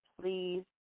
please